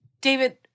David